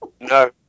no